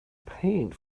paint